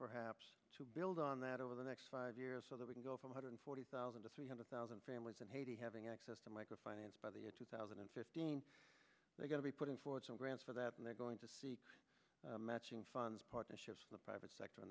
perhaps to build on that over the next five years so that we can go five hundred forty thousand to three hundred thousand families in haiti having access to micro finance by the year two thousand and fifteen they're going to be putting forward some grants for that and they're going to matching funds partnerships in the private sector in